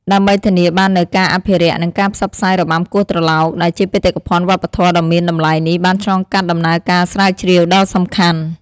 ដើម្បីធានាបាននូវការអភិរក្ស និងការផ្សព្វផ្សាយរបាំគោះត្រឡោក ដែលជាបេតិកភណ្ឌវប្បធម៌ដ៏មានតម្លៃនេះបានឆ្លងកាត់ដំណើរការស្រាវជ្រាវដ៏សំខាន់។